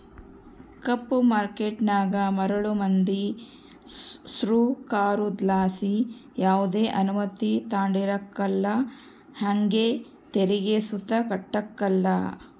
ಕಪ್ಪು ಮಾರ್ಕೇಟನಾಗ ಮರುಳು ಮಂದಿ ಸೃಕಾರುದ್ಲಾಸಿ ಯಾವ್ದೆ ಅನುಮತಿ ತಾಂಡಿರಕಲ್ಲ ಹಂಗೆ ತೆರಿಗೆ ಸುತ ಕಟ್ಟಕಲ್ಲ